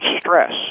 stress